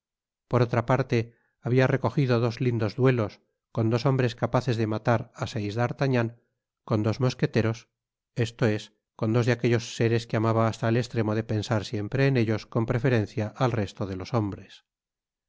por otra parte habia recogido dos lindos duelos con dos hombres capaces de matar á seis d'artagnan con dos mosqueteros esto es con dos de aquellos seres que amaba hasta el estremo de pensar siempre en ellos con preferencia al resto de los hombres